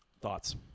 thoughts